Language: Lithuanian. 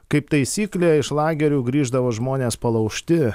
kaip taisyklė iš lagerių grįždavo žmonės palaužti